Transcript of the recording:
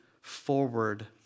forward